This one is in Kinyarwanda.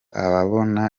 ababona